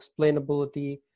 explainability